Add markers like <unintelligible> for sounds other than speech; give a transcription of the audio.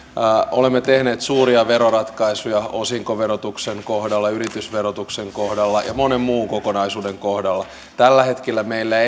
olemme tehneet suuria veroratkaisuja osinkoverotuksen kohdalla yritysverotuksen kohdalla ja monen muun kokonaisuuden kohdalla tällä hetkellä meillä <unintelligible>